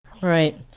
Right